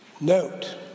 note